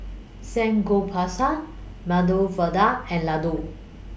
Samgeyopsal Medu Vada and Ladoo